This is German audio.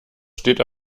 steht